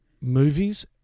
movies